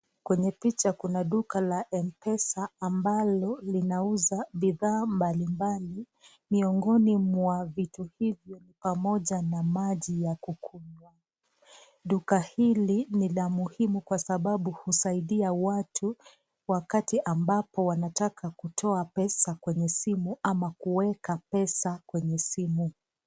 Kwenye picha kuna duka la M-Pesa ambalo linauza bidhaa mbalimbali. Miongoni mwa vitu hivyo ni pamoja na maji ya kunywa. Duka hili ni la muhimu kwa sababu husaidia watu wakati ambapo wanataka kutoa pesa kwenye simu ama kuweka pesa kwenye simu.